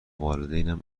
والدینم